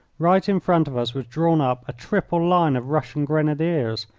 right in front of us was drawn up a triple line of russian grenadiers.